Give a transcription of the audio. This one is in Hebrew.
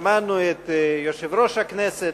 שמענו את יושב-ראש הכנסת,